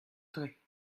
tre